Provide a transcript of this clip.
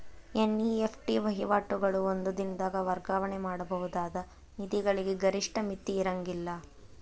NEFT ವಹಿವಾಟುಗಳು ಒಂದ ದಿನದಾಗ್ ವರ್ಗಾವಣೆ ಮಾಡಬಹುದಾದ ನಿಧಿಗಳಿಗೆ ಗರಿಷ್ಠ ಮಿತಿ ಇರ್ಂಗಿಲ್ಲಾ